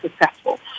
successful